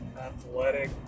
athletic